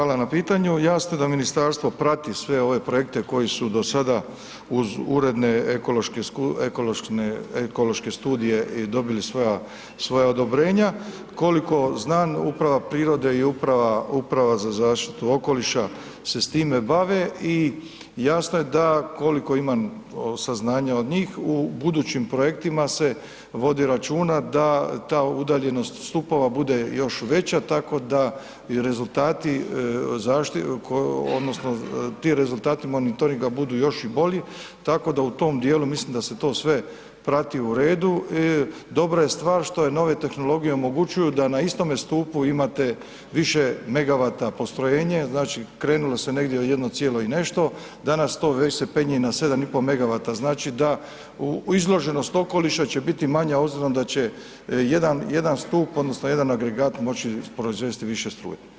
Hvala na pitanju, jasno da ministarstvo prati sve ove projekte koji su do sada uz uredne ekološke studije dobili svoja, svoja odobrenja, koliko znam uprava prirode i uprava, uprava za zaštitu okoliša se s time bave i jasno je da koliko imam saznanja od njih u budućim projektima se vodi računa da ta udaljenost stupova bude još veća, tako da i rezultati odnosno ti rezultati monitoringa budu još i bolji, tako da u tom dijelu, mislim da se to sve prati u redu i dobra je stvar što joj nove tehnologije omogućuju da na istome stupu imate više megawata postrojenje, znači krenulo se negdje od jedno cijelo i nešto, danas to već se penje na 7,5 megawata, znači da izloženost okoliša će biti manja obzirom da će jedan, jedan stup odnosno jedan agregat moći proizvesti više struje.